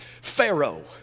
Pharaoh